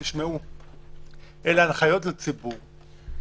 תשמעו, אלה הנחיות לציבור.